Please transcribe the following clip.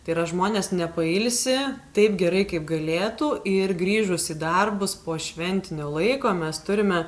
tai yra žmonės nepailsi taip gerai kaip galėtų ir grįžus į darbus po šventinio laiko mes turime